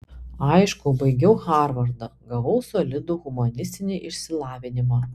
aišku baigiau harvardą gavau solidų humanistinį išsilavinimą